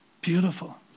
beautiful